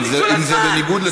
אם זה בניגוד לתקנון,